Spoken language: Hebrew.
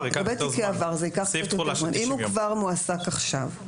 לגבי תיקי עבר, זה ייקח קצת יותר זמן.